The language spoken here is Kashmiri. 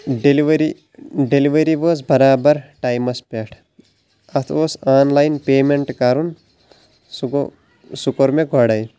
ڈیٚلِؤری ڈیٚلِؤری وأژ برابر ٹایِمس پٮ۪ٹھ اَتھ اوس آن لایِن پےمیٚنٹ کرُن سُہ گوٚو سُہ کوٚر مےٚ گۄڈے